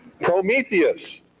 Prometheus